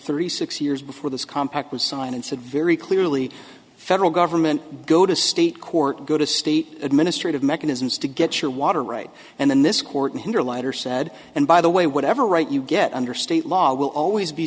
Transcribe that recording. three six years before this compact was signed it's a very clearly federal government go to state court go to state administrative mechanisms to get your water right and then this court here lighter said and by the way whatever right you get under state law will always be